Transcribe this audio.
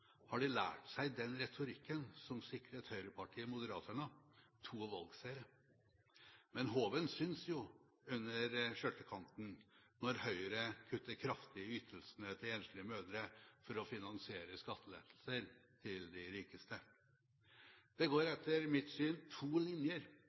har de lært seg den retorikken som sikret høyrepartiet Moderaterna to valgseiere. Men hoven synes jo under skjørtekanten når Høyre kutter kraftig i ytelsene til enslige mødre for å finansiere skattelettelser til de rikeste. Det går